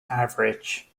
average